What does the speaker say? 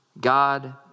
God